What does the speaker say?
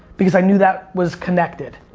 because i knew that was connected.